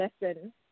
lesson